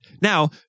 now